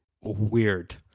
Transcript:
weird